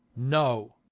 no.